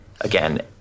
again